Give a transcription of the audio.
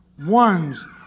one's